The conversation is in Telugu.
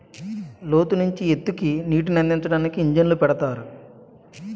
లోతు నుంచి ఎత్తుకి నీటినందించడానికి ఇంజన్లు పెడతారు